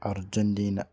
Argentina